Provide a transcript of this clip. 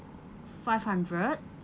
five hundred